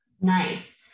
Nice